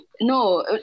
no